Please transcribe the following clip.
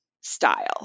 style